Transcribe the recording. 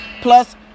plus